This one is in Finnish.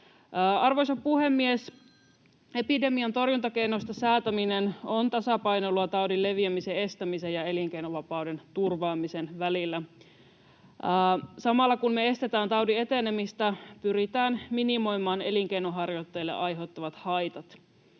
Arvoisa puhemies! Epidemian torjuntakeinoista säätäminen on tasapainoilua taudin leviämisen estämisen ja elinkeinovapauden turvaamisen välillä. Samalla, kun me estetään taudin etenemistä, pyritään minimoimaan elinkeinonharjoittajille aiheutuvat haitat.